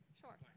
Sure